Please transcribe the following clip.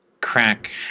crack